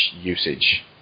usage